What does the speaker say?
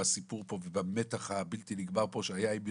פה ובמתח הבלתי נגמר פה שהיה עם מרשם,